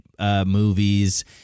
movies